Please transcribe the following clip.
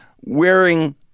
wearing